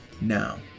now